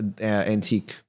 antique